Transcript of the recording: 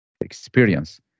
experience